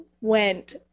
went